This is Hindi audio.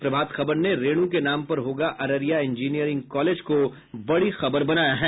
प्रभात खबर ने रेणु के नाम पर होगा अररिया इंजीनियरिंग कॉलेज को बड़ी खबर बनाया है